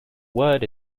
word